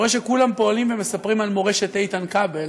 אני רואה שכולם פועלים ומספרים על מורשת איתן כבל